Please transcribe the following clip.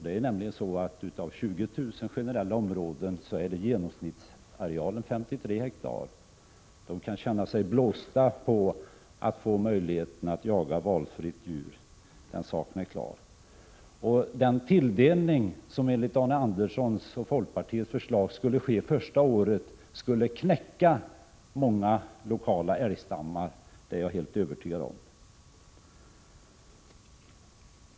Det är nämligen så att i de 20 000 områdena med generell tilldelning är genomsnittsarealen 53 ha. De kan känna sig blåsta på möjligheten att få jaga valfritt djur, den saken är klar. Den tilldelning som skulle ske första året enligt Arne Andersson och folkpartiets förslag, skulle knäcka många lokala älgstammar. Det är jag helt övertygad om.